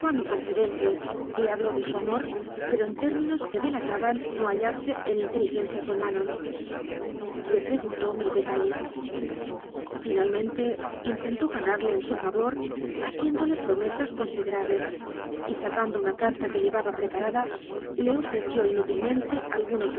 mi confidente le habló de su amor pero en términos que delata ban no hallarse en inteligencia con manon le pre guntó mil detalles finalmente intentó ganarle en su favor haciéndole promesas considerables y sa cando una carta que llevaba preparada le ofreció inútilmente algunos